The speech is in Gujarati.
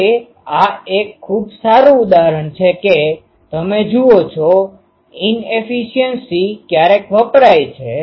હવે આ એક ખૂબ સારું ઉદાહરણ છે કે તમે જુઓ છો કે ઇનએફિસિએન્સી ક્યારેક વપરાય છે